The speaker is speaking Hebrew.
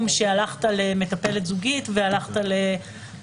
שהלכת למטפלת זוגית --- אז פסקה (1)